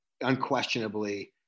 unquestionably